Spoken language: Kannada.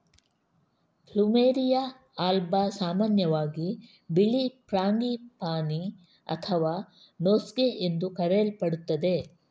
ಪ್ಲುಮೆರಿಯಾ ಆಲ್ಬಾ ಸಾಮಾನ್ಯವಾಗಿ ಬಿಳಿ ಫ್ರಾಂಗಿಪಾನಿ ಅಥವಾ ನೋಸ್ಗೇ ಎಂದು ಕರೆಯಲ್ಪಡುತ್ತದೆ